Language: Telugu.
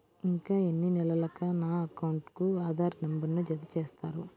ఇంకా ఎన్ని నెలలక నా అకౌంట్కు ఆధార్ నంబర్ను జత చేస్తారు?